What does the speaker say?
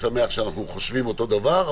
אני שמח שאנחנו חושבים אותו דבר,